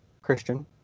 christian